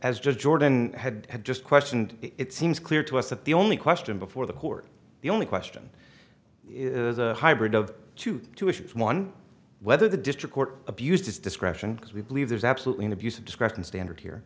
as jordan had just questioned it seems clear to us that the only question before the court the only question is a hybrid of two to issue one whether the district court abused its discretion as we believe there's absolutely no abuse of discretion standard here